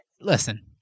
listen